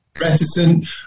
reticent